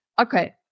okay